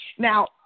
Now